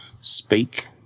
speak